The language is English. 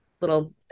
little